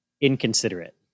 inconsiderate